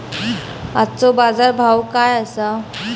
आजचो बाजार भाव काय आसा?